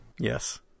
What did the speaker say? Yes